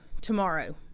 tomorrow